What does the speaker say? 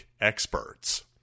experts